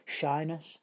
shyness